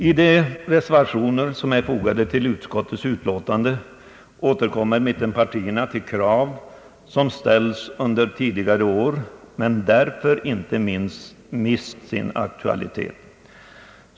I de reservationer som är fogade till utskottets utlåtande återkommer mittenpartierna till krav som ställts under tidigare år men därför inte mist sin aktualitet.